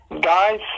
Guys